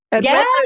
Yes